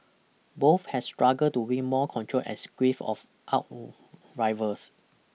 both have stuggled to win more control and squeeze of out rivals